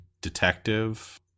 detective